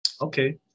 Okay